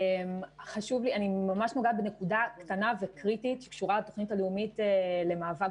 אני נוגעת בנקודה קטנה וקריטית שקשורה בתוכנית הלאומית למאבק